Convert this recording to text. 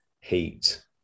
heat